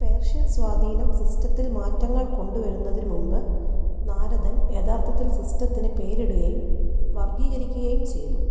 Persian സ്വാധീനം സിസ്റ്റത്തിൽ മാറ്റങ്ങൾ കൊണ്ടു വരുന്നതിന് മുമ്പ് നാരദൻ യഥാർത്ഥത്തിൽ സിസ്റ്റത്തിന് പേരിടുകയും വർഗ്ഗീകരിക്കുകയും ചെയ്തു